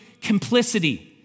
complicity